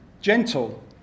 gentle